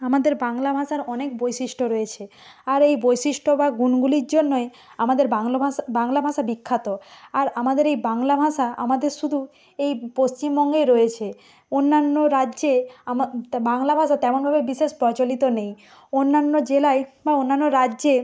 আমাদের বাংলা ভাষার অনেক বৈশিষ্ট্য রয়েছে আর এই বৈশিষ্ট্য বা গুণগুলির জন্যই আমাদের বাংলা ভাষা বাংলা ভাষা বিখ্যাত আর আমাদের এই বাংলা ভাষা আমাদের শুধু এই পশ্চিমবঙ্গেই রয়েছে অন্যান্য রাজ্যে আমা বাংলা ভাষা তেমনভাবে বিশেষ প্রচলিত নেই অন্যান্য জেলায় বা অন্যান্য রাজ্যে